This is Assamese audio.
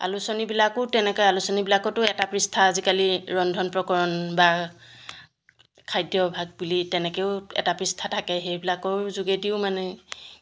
আলোচনীবিলাকো তেনেকৈ আলোচনীবিলাকতো এটা পৃষ্ঠা আজিকালি ৰন্ধন প্ৰকৰণ বা খাদ্যভাগ বুলি তেনেকৈও এটা পৃষ্ঠা থাকে সেইবিলাকৰ যোগেদিও মানে